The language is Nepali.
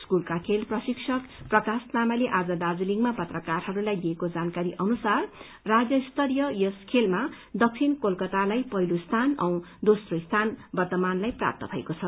स्कूलका खेल प्रशिक्षक प्रकाश लामाले आज दार्जीलिङमा पत्रकारहरूलाई दिएको जानकारी अनुसार राज्य स्तरीय यस खेलमा दक्षिण कोलकतालाई पहिलो स्थान अनि दोम्रो स्थान वर्छमानलाई प्राप्त भएको छ